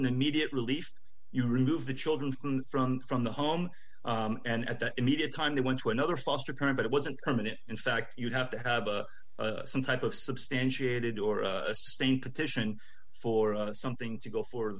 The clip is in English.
an immediate relief you remove the children from from the home and at the immediate time they went to another foster care but it wasn't permanent in fact you have to have some type of substantiated or a sustained petition for a something to go for